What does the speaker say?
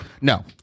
No